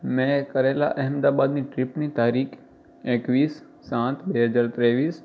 મેં કરેલા અહેમદાબાદની ટ્રીપની તારીખ એકવીસ સાત બે હજાર ત્રેવીસ